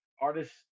artists